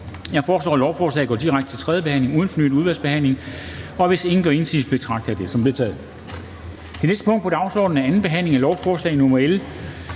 Jeg foreslår, at lovforslaget går direkte til tredje behandling uden fornyet udvalgsbehandling. Hvis ingen gør indsigelse, betragter jeg dette som vedtaget. Det er vedtaget. Det næste punkt på dagsordenen, anden behandling af lovforslag nr.